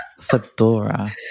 Fedora